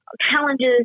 challenges